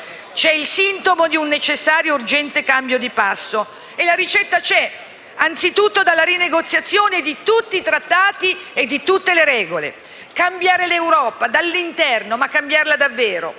C'è il sintomo di un necessario e urgente cambio di passo che si impone. La ricetta c'è e passa anzitutto dalla rinegoziazione di tutti i trattati e di tutte le regole. Cambiare l'Europa, dall'interno, ma cambiarla davvero.